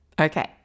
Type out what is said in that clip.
Okay